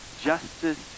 Justice